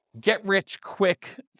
get-rich-quick